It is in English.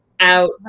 out